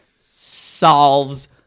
solves